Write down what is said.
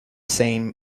same